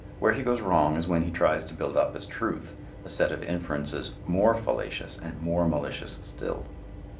where he goes wrong is when he tries to build up as truth a set of inferences more fallacious and more malicious still.